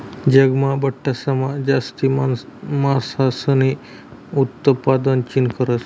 जगमा बठासमा जास्ती मासासनं उतपादन चीन करस